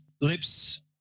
lips